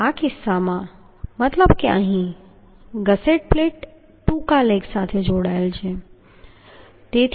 હવે આ કિસ્સામાં મતલબ કે અહીં ગસેટ પ્લેટ ટૂંકા લેગ સાથે જોડાયેલ છે